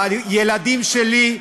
הילדים שלי,